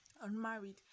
Unmarried